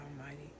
Almighty